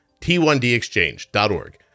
t1dexchange.org